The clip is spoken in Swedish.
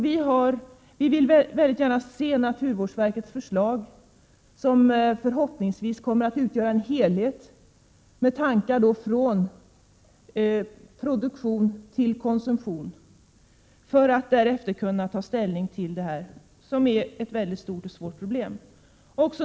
Vi vill gärna se naturvårdsverkets förslag, som förhoppningsvis kommer att utgöra en helhet, med tankar från produktion till konsumtion, för att vi därefter skall kunna ta ställning till detta mycket stora och svåra problem.